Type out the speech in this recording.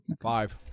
five